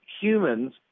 humans